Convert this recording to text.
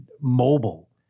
mobile